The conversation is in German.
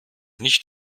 nicht